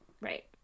Right